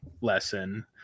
lesson